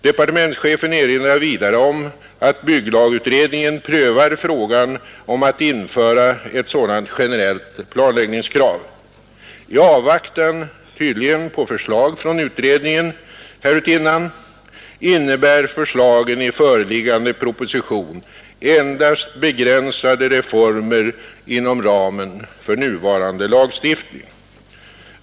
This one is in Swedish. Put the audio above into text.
Departementschefen erinrar vidare om att bygglagutredningen prövar frågan om att införa ett sådant generellt planläggningskrav. I avvaktan tydligen på förslag från utredningen härutinnan innebär förslagen i föreliggande proposition endast begränsade reformer inom ramen för nuvarande lagstiftning.